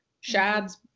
Shad's